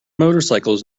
motorcycles